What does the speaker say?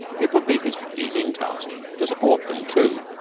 it would be his pleasing task to support them, too,